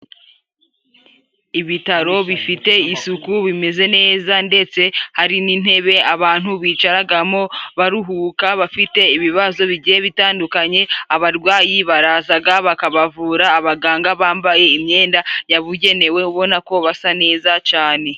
Ibitaro bifite isuku bimeze neza, ndetse hari n'intebe abantu bicaragamo baruhuka bafite ibibazo bigiye bitandukanye, abarwayi barazaga bakabavura abaganga bambaye imyenda yabugenewe ubona ko basa neza cane.